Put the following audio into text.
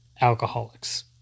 alcoholics